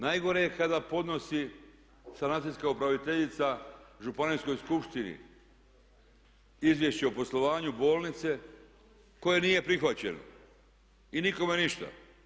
Najgore je kada podnosi sanacijska upraviteljica županijskoj skupštini izvješće o poslovanju bolnice koje nije prihvaćeno i nikome ništa.